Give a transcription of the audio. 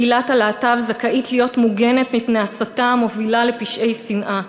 קהילת הלהט"ב זכאית להיות מוגנת מפני הסתה המובילה לפשעי שנאה,